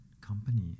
company